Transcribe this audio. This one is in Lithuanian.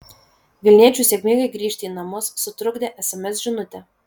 vilniečiui sėkmingai grįžti į namus sutrukdė sms žinutė